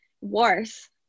worse